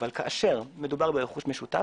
אבל כאשר מדובר ברכוש משותף,